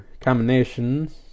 combinations